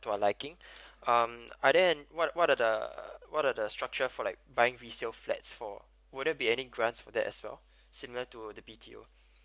are to my liking um are there what what are the what are the structure for like buying resale flats for would there be any grants for that as well similar to the B_T_O